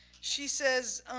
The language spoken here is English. she says,